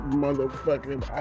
motherfucking